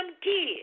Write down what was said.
kids